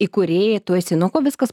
įkūrėja tu esi nuo ko viskas